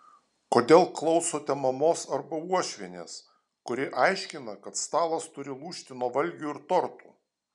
kodėl klausote mamos arba uošvienės kuri aiškina kad stalas turi lūžti nuo valgių ir tortų